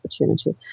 opportunity